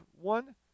one